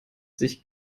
sich